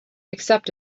except